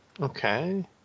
Okay